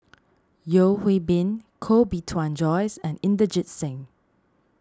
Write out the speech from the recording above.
Yeo Hwee Bin Koh Bee Tuan Joyce and Inderjit Singh